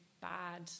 bad